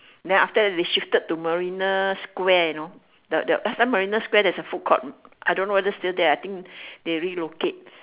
then after that they shifted to marina-square you know the the last time marina-square there's a food court I don't know if still there I think they relocate